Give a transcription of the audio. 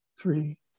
three